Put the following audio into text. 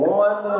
one